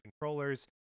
controllers